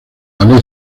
ballet